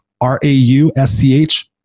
R-A-U-S-C-H